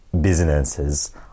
businesses